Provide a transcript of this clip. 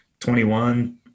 21